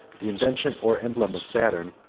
the invention or emblem of saturn,